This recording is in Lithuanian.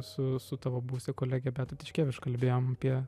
su su tavo buvusia kolege beata tiškeviš kalbėjom apie